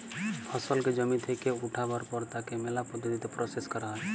ফসলকে জমি থেক্যে উঠাবার পর তাকে ম্যালা পদ্ধতিতে প্রসেস ক্যরা হ্যয়